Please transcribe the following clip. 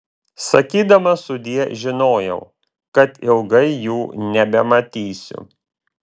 sakydamas sudie žinojau kad ilgai jų nebematysiu